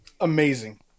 amazing